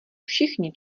všichni